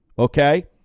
okay